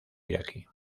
iraquí